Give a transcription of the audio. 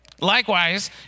Likewise